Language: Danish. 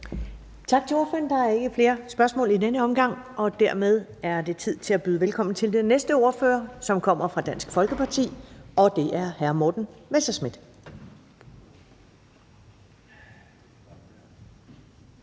Tak til ordføreren. Der er ikke flere spørgsmål i denne omgang, og dermed er det tid til at byde velkommen til den næste ordfører, som kommer fra Dansk Folkeparti. Og det er hr. Morten Messerschmidt.